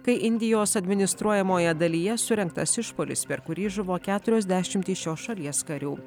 kai indijos administruojamoje dalyje surengtas išpuolis per kurį žuvo keturios dešimtys šios šalies karių